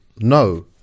no